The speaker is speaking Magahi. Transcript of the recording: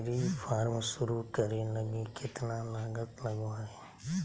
डेयरी फार्म शुरू करे लगी केतना लागत लगो हइ